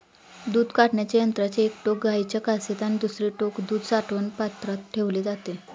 दूध काढण्याच्या यंत्राचे एक टोक गाईच्या कासेत आणि दुसरे टोक दूध साठवण पात्रात ठेवले जाते